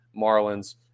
Marlins